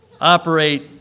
operate